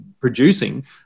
producing